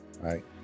right